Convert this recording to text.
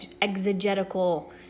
exegetical